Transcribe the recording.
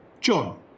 John